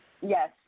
Yes